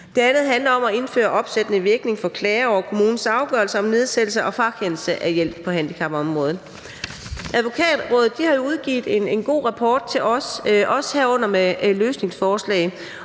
kommunen; 2) at indføre opsættende virkning for klager over kommunens afgørelser om nedsættelse og frakendelse af hjælp på handicapområdet. Advokatrådet har udgivet en god rapport til os, herunder også med løsningsforslag,